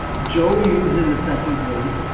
joey who is in the second grade,